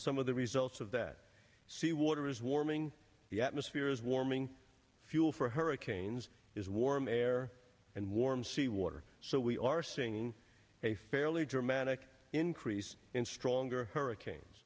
some of the results of that seawater is warming the atmosphere is warming fuel for hurricanes is warm air and warm sea water so we are seeing a fairly dramatic increase in stronger hurricanes